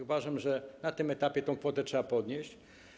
Uważam, że na tym etapie tę kwotę trzeba podnieść.